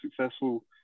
successful